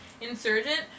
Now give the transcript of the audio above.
insurgent